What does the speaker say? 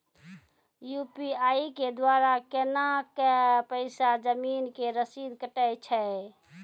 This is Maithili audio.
यु.पी.आई के द्वारा केना कऽ पैसा जमीन के रसीद कटैय छै?